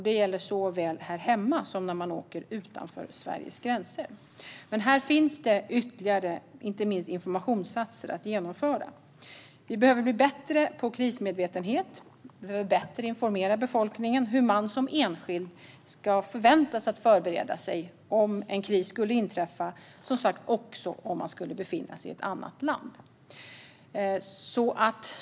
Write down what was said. Det gäller såväl här hemma som när man åker utanför Sveriges gränser. Här finns dock ytterligare insatser, inte minst informationsinsatser, att genomföra. Vi behöver bli bättre på krismedvetenhet. Vi behöver bättre informera befolkningen om hur man som enskild ska förväntas förbereda sig om en kris skulle inträffa också om man skulle befinna sig i ett annat land.